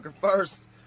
First